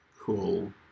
Cool